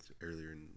earlier